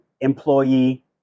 employee